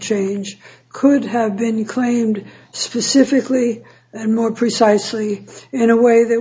change could have been claimed specifically and more precisely in a way that